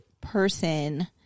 person